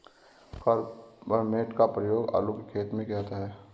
carbamate का प्रयोग आलू के खेत में किया जाता है